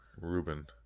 Ruben